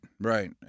right